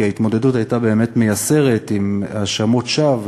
כי ההתמודדות הייתה באמת מייסרת עם האשמות שווא,